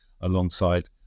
alongside